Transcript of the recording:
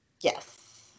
Yes